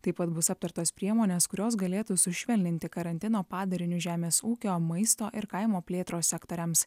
taip pat bus aptartos priemonės kurios galėtų sušvelninti karantino padarinius žemės ūkio maisto ir kaimo plėtros sektoriams